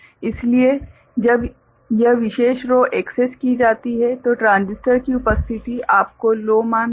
इसलिए जब यह विशेष रो एक्सेस की जाती है तो ट्रांजिस्टर की उपस्थिति आपको लो मान देगी